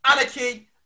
anarchy